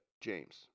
James